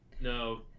no